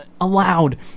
allowed